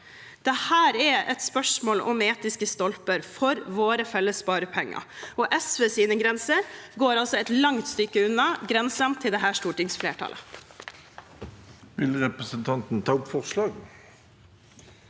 Dette er et spørsmål om etiske stolper for våre felles sparepenger. SVs grenser går altså et langt stykke unna grensene til dette stortingsflertallet.